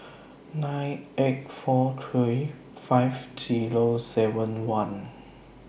nine eight four three five Zero seven one